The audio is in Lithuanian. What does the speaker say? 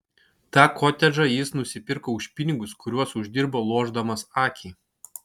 tą kotedžą jis nusipirko už pinigus kuriuos uždirbo lošdamas akį